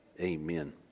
Amen